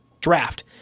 draft